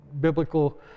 biblical